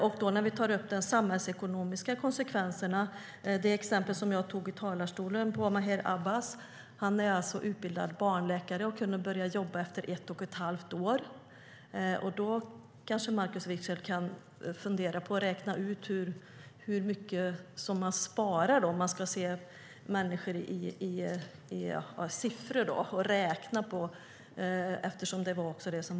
När det gäller de samhällsekonomiska konsekvenserna nämnde jag i talarstolen exemplet om Maher Abbas. Han är alltså utbildad barnläkare och kunde börja jobba efter ett och ett halvt år. Markus Wiechel kan kanske räkna ut hur mycket detta sparar, om man nu ska se människor som siffror.